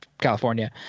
California